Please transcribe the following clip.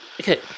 Okay